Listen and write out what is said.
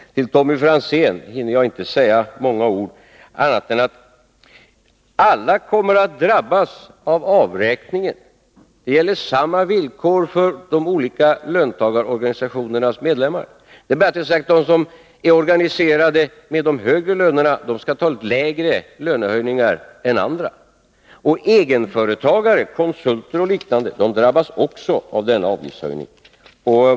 Till Tommy Franzén hinner jag inte säga många ord, annat än att alla kommer att drabbas av avräkningen. Det gäller samma villkor för de olika löntagarorganisationernas medlemmar. Men de som är organiserade och har högre löner skall ta lägre lönehöjningar än andra, och egenföretagare — konsulter och liknande — drabbas också av denna avgiftshöjning.